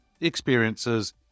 experiences